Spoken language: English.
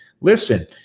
listen